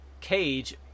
Cage